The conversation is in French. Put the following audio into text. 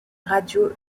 radio